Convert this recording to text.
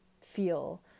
feel